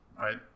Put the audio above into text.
Right